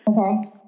Okay